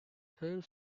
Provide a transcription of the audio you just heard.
her